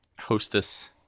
Hostess